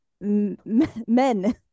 men